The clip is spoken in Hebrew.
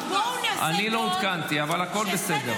אני לא עודכנתי, אבל הכול בסדר.